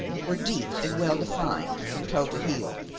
were deep and well defined from toe to heel.